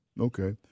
okay